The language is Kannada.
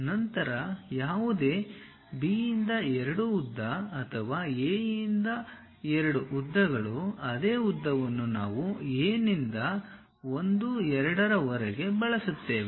ನಂತರ ಯಾವುದೇ B 2 ಉದ್ದ ಅಥವಾ A 2 ಉದ್ದಗಳು ಅದೇ ಉದ್ದವನ್ನು ನಾವು A ನಿಂದ 1 2 ರವರೆಗೆ ಬಳಸುತ್ತೇವೆ